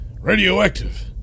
radioactive